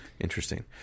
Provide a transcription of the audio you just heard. Interesting